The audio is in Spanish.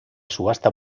subasta